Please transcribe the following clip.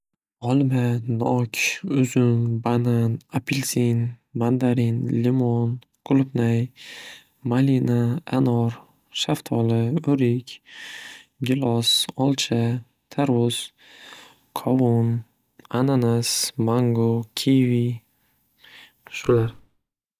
Olma, nok, uzum, banan, apelsin, mandarin, limon, qulupnay, malina, anor, shaftoli, o'rik, gilos, olcha, tarvuz, qovun, ananas, mango, kivi shular.